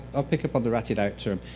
i'll pick up on the ratted out term.